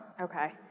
Okay